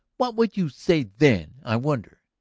what would you say then, i wonder?